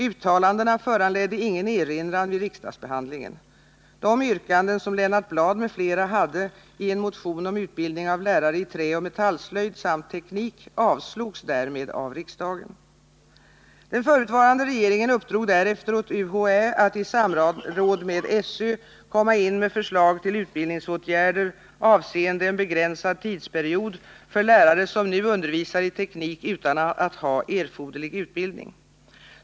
Uttalandena föranledde ingen erinran vid riksdagsbehandlingen. De yrkanden som Lennart Bladh m.fl. hade i en motion om utbildning av lärare i träoch metallslöjd samt teknik avslogs därmed av riksdagen. Den förutvarande regeringen uppdrog därefter åt UHÄ att i samråd med SÖ komma in med förslag till utbildningsåtgärder, avseende en begränsad tidsperiod, för lärare som nu undervisar i teknik utan att ha erforderlig utbildning.